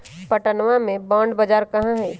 पटनवा में बॉण्ड बाजार कहाँ हई?